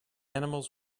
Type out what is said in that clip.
animals